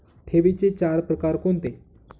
ठेवींचे चार प्रकार कोणते?